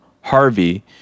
Harvey